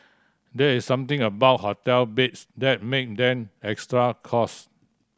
there is something about hotel beds that make them extra cost